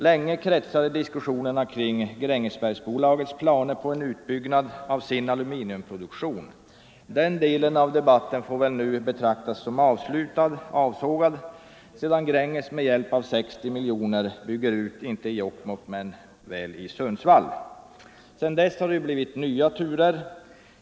Länge kretsade diskussionerna kring Grängesbergsbolagets planer på en utbyggnad av sin aluminiumproduktion. Den delen av debatten får nu betraktas såsom avslutad, sedan Gränges med hjälp av 60 miljoner kronor bygger ut — inte i Jokkmokk men väl i Sundsvall. Sedan dess har det blivit nya turer.